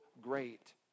great